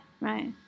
right